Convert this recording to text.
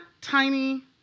tiny